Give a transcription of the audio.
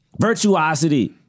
Virtuosity